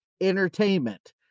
Entertainment